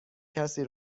کسی